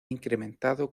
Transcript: incrementado